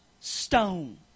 stone